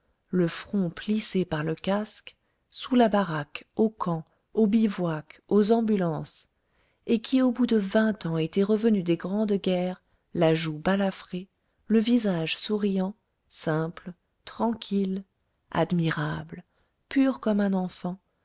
le front plissé par le casque sous la baraque au camp au bivouac aux ambulances et qui au bout de vingt ans était revenu des grandes guerres la joue balafrée le visage souriant simple tranquille admirable pur comme un enfant